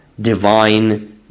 divine